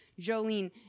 jolene